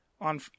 on